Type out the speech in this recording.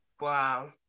Wow